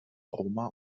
roma